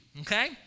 Okay